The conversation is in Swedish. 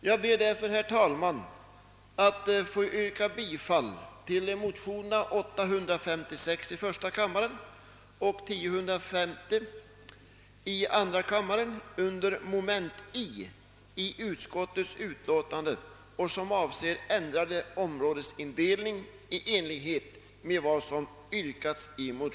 Jag ber därför, herr talman, att få yrka bifall till motionerna I: 856 och II: 1050 under mom. 5 i jordbruksutskottets utlåtande nr 25.